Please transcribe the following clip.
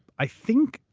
i think,